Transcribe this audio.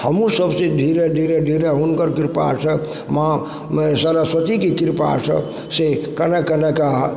हमहुँ सब जे धीरे धीरे धीरे हुनकर कृपासँ माँ सरस्वतीके कृपा सँ कने कनेके हार